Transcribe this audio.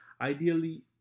Ideally